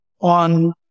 on